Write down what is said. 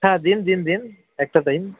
হ্যাঁ দিন দিন দিন একটা দিন